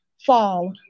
fall